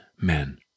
men